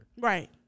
Right